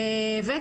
בנוסף,